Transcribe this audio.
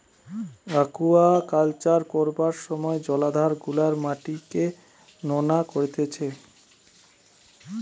aquaculture করবার সময় জলাধার গুলার মাটিকে নোনা করতিছে